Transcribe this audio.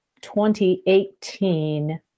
2018